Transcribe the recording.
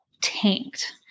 tanked